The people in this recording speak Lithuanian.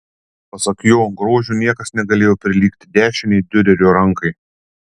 pasak jo grožiu niekas negalėjo prilygti dešinei diurerio rankai